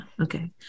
Okay